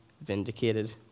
vindicated